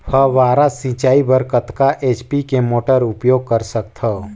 फव्वारा सिंचाई बर कतका एच.पी के मोटर उपयोग कर सकथव?